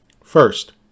First